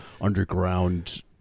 underground